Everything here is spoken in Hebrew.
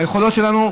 מהיכולות שלנו,